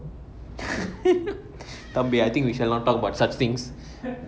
தம்பி:thambi I think we shall not talk about such things